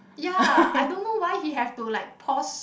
ya I don't know why he have to like pause